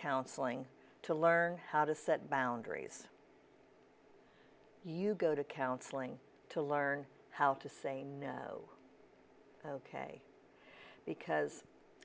counseling to learn how to set boundaries you go to counseling to learn how to say no ok because